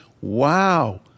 wow